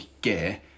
gear